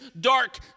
dark